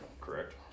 Correct